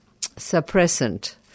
suppressant